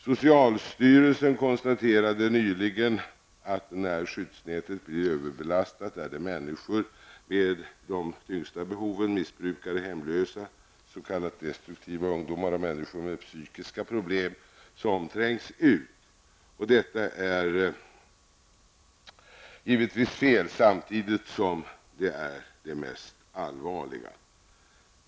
Socialstyrelsen konstaterade nyligen, att när skyddsnätet blir överbelastat är det människor med de tyngsta behoven -- missbrukare, hemlösa, s.k. destruktiva ungdomar och människor med psykiska problem -- som trängs ut. Detta är givetvis fel samtidigt som det är det mest allvarliga.